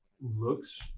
looks